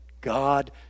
God